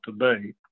today